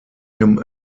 him